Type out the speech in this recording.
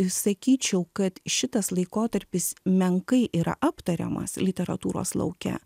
sakyčiau kad šitas laikotarpis menkai yra aptariamas literatūros lauke